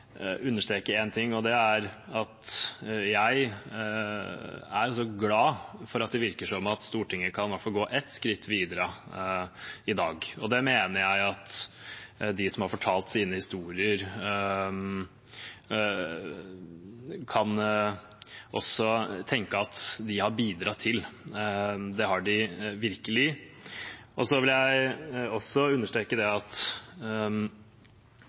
understreke én ting, og det er at jeg er også glad for at det virker som om Stortinget i hvert fall kan gå ett skritt videre i dag, og det mener jeg at de som har fortalt sine historier, også kan tenke at de har bidratt til. Det har de virkelig. Jeg vil også understreke at